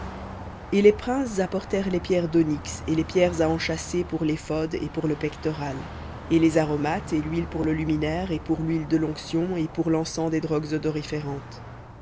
et les princes apportèrent les pierres d'onyx et les pierres à enchâsser pour l'éphod et pour le pectoral et les aromates et l'huile pour le luminaire et pour l'huile de l'onction et pour l'encens des drogues odoriférantes